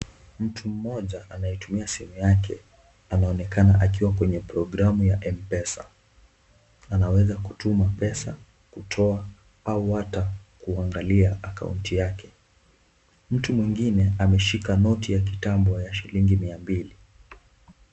Mtu mmoja anayetumia simu yake, anaonekana akiwa kwenye programu ya M-Pesa. Anaweza kutuma pesa, kutoa, au hata kuangalia akaunti yake. Mtu mwingine ameshika noti ya kitambo ya shilingi mia mbili.